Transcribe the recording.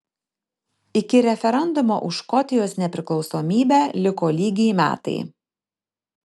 iki referendumo už škotijos nepriklausomybę liko lygiai metai